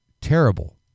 terrible